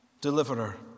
deliverer